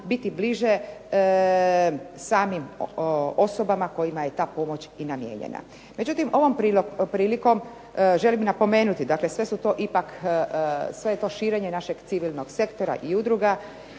biti bliže samim osobama kojima je ta pomoć namijenjena. Međutim, ovom prilikom želim napomenuti, dakle, sve je to širenje našeg civilnog sektora i udruga